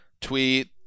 tweet